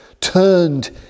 turned